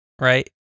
Right